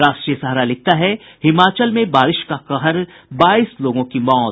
राष्ट्रीय सहारा लिखता है हिमाचल में बारिश का कहर बाईस लोगों की मौत